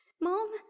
Mom